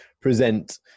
present